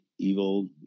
evil